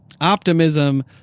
optimism